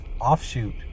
offshoot